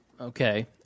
Okay